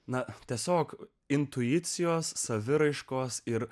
na tiesiog intuicijos saviraiškos ir